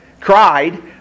cried